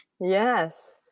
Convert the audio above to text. yes